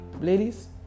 Ladies